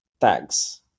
tags